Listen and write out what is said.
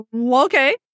Okay